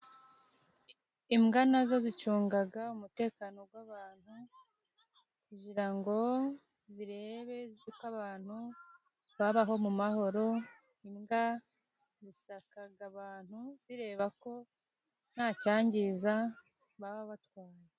Imbwa nazo zicunga umutekano w'abantu kugira ngo zirebe uko abantu babaho mu mahoro, imbwa zisaka abantu zireba ko nta cyangiza baba batwaye.